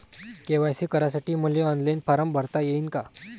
KYC करासाठी मले online form भरता येईन का?